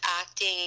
acting